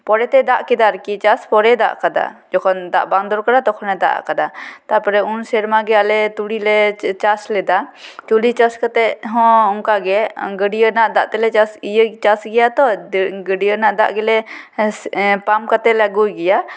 ᱯᱚᱨᱮ ᱛᱮ ᱫᱟᱜ ᱠᱮᱫᱟ ᱟᱨᱠᱤ ᱪᱟᱥ ᱯᱚᱨᱮ ᱫᱟᱜ ᱟᱠᱟᱫᱟ ᱡᱚᱠᱷᱚᱱ ᱫᱟᱜ ᱵᱟᱝ ᱫᱚᱨᱠᱟᱨᱟ ᱛᱚᱠᱷᱚᱱᱮ ᱫᱟᱜ ᱟᱠᱟᱫᱟ ᱛᱟᱯᱚᱨᱮ ᱩᱱ ᱥᱮᱨᱢᱟ ᱜᱮ ᱟᱞᱮ ᱛᱩᱲᱤ ᱞᱮ ᱪᱟᱥ ᱞᱮᱫᱟ ᱛᱩᱲᱤ ᱪᱟᱥ ᱠᱟᱛᱮ ᱦᱚᱸ ᱚᱱᱠᱟ ᱜᱮ ᱜᱟᱹᱰᱭᱟᱹ ᱨᱮᱱᱟᱜ ᱫᱟᱜ ᱛᱮᱞᱮ ᱪᱟᱥ ᱤᱭᱟᱹ ᱪᱟᱥ ᱜᱮᱭᱟ ᱛᱚ ᱜᱟᱹᱰᱭᱟᱹ ᱨᱮᱱᱟᱜ ᱫᱟᱜ ᱜᱮᱞᱮ ᱥᱮ ᱯᱟᱢ ᱠᱟᱛᱮ ᱠᱟᱛᱮᱞᱮ ᱟᱜᱩᱭ ᱜᱮᱭᱟ